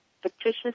fictitious